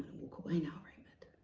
walk away now raymond.